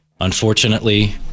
Unfortunately